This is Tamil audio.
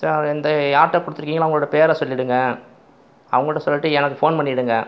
சார் அதை யார்கிட்ட கொடுத்துருக்கிங்களோ அவர்களோட பேரை சொல்லிவிடுங்க அவங்கள்கிட்ட சொல்லிவிட்டு எனக்கு ஃபோன் பண்ணிவிடுங்க